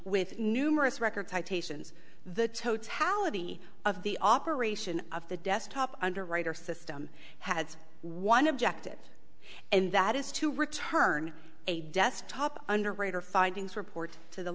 with numerous record citations the totality of the operation of the desktop underwriter system has one objective and that is to return a desktop underwriter findings report to the